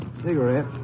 Cigarette